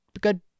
Good